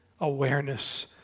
awareness